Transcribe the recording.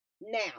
Now